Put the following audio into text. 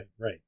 Right